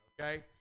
okay